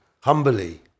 humbly